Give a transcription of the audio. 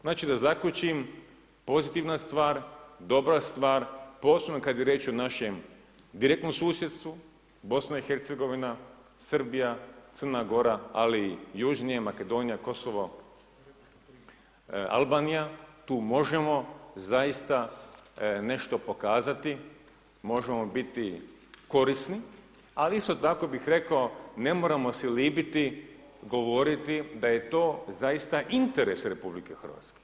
Znači da zaključim pozitivna stvar dobra stvar posebno kada je riječ o našem direktnom susjedstvu, BIH, Srbija, Crna Gora, ali i južnije Makedonija, Kosovo, Albanija, tu možemo zaista nešto pokazati, možemo biti korisni, ali isto tako bih rekao, ne moramo se libiti govoriti da je to zaista interes RH.